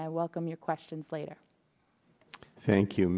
and i welcome your questions later thank you